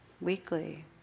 weekly